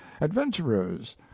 adventurers